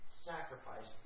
sacrificed